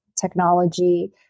technology